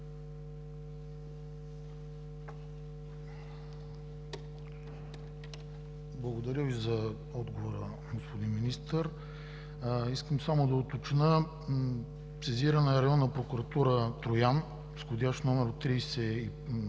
Благодаря Ви за отговора, господин Министър! Искам само да уточня. Сезирана е Районна прокуратура Троян с вх.